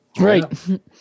Right